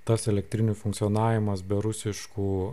tas elektrinių funkcionavimas be rusiškų